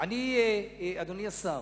אדוני השר,